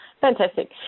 Fantastic